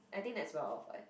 I think that's well off [what]